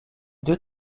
deux